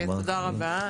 תודה רבה,